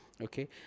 okay